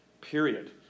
Period